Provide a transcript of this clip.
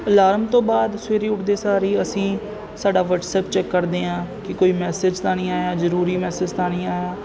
alarm ਤੋਂ ਬਾਅਦ ਸਵੇਰੇ ਉੱਠਦੇ ਸਾਰ ਹੀ ਅਸੀਂ ਸਾਡਾ ਵਟਸਐਪ ਚੈੱਕ ਕਰਦੇ ਹਾਂ ਕਿ ਕੋਈ ਮੈਸੇਜ ਤਾਂ ਨਹੀਂ ਆਇਆ ਜ਼ਰੂਰੀ ਮੈਸਜ ਤਾਂ ਨਹੀਂ ਆਇਆ